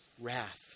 wrath